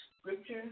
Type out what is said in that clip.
Scripture